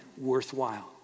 worthwhile